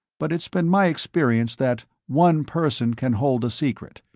but it's been my experience that one person can hold a secret.